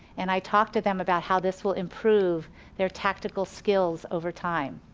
and i talk to them about how this will improve their tactical skills over time,